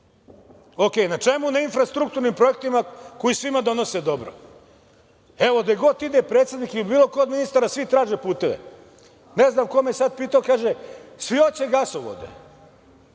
okej. Na čemu? Na infrastrukturnim projektima koji svima donose dobro. Evo gde god ide predsednik ili bilo ko od ministara, svi traže puteve. Ne znam ko me je sada pitao kaže - svi hoće gasovode,